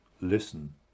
listen